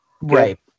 Right